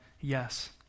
yes